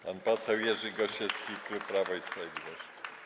Pan poseł Jerzy Gosiewski, klub Prawo i Sprawiedliwość.